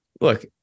look